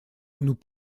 nous